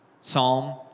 Psalm